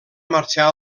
marxar